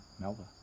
melba